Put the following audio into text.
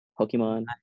Pokemon